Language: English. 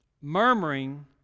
murmuring